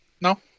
no